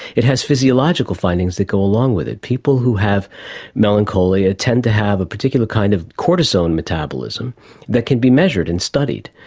it has physiological findings that go along with it. people who have melancholia tend to have a particular kind of cortisone metabolism that can be measured and studied.